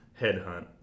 headhunt